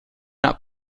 not